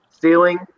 ceiling